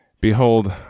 behold